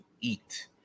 eat